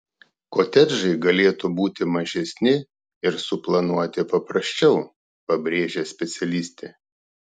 kotedžai galėtų būti mažesni ir suplanuoti paprasčiau pabrėžia specialistė